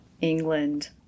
England